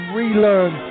relearn